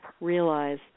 realize